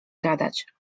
gadać